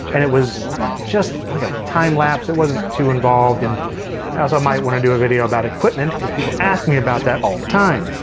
and it was just like a time lapse. it wasn't too involved, and i also might want to do a video about equipment, cause people ask me about that all the time.